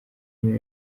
niyo